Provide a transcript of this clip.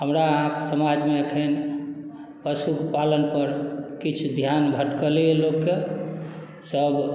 हमरा अहाँके समाजमे एखन पशुपालनपर किछु ध्यान भटकलैए लोकके सभ